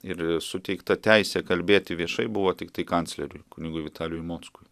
ir suteikta teisė kalbėti viešai buvo tiktai kancleriui kunigui vitalijui mockui